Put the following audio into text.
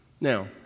Now